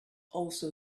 also